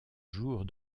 jours